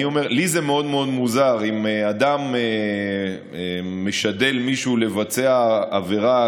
לי זה מאוד מאוד מוזר אם אדם משדל מישהו לבצע עבירה,